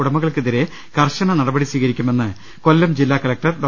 ഉടമകൾക്കെതിരെ കർശന നടപടി സ്വീകരിക്കുമെന്ന് കൊല്ലം ജില്ല കലക്ടർ ഡോ